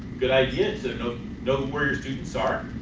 good idea to know know where your students are,